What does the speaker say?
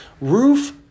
roof